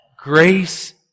Grace